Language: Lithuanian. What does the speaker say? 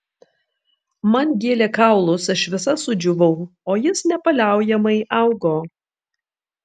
man gėlė kaulus aš visa sudžiūvau o jis nepaliaujamai augo